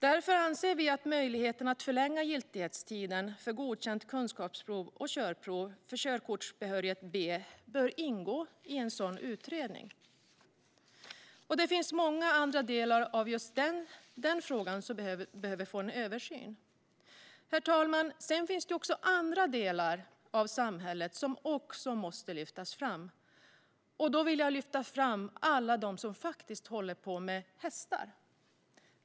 Därför anser vi att möjligheten att förlänga giltighetstiden för godkänt kunskapsprov och körprov för körkortsbehörighet B bör ingå i en sådan utredning. Det finns många andra delar av den frågan som också behöver få en översyn. Herr talman! Det finns andra delar av samhället som också måste lyftas fram. Jag vill lyfta fram alla dem som håller på med hästar.